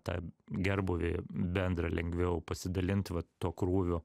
tą gerbūvį bendrą lengviau pasidalint vat tuo krūviu